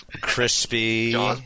Crispy